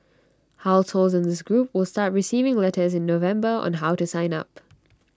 households in this group will start receiving letters in November on how to sign up